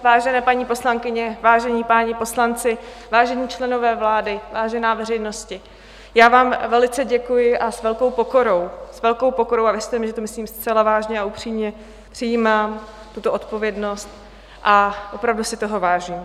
Vážené paní poslankyně, vážení páni poslanci, vážení členové vlády, vážená veřejnosti, já vám velice děkuji a s velkou pokorou, s velkou pokorou a věřte mi, že to myslím zcela vážně a upřímně, přijímám tuto odpovědnost a opravdu si toho vážím.